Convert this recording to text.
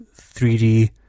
3D